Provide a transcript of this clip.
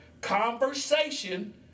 conversation